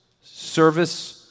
service